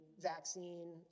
vaccine